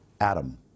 Adam